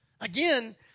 again